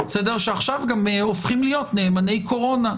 שעכשיו גם הופכים להיות נאמני קורונה,